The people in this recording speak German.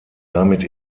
damit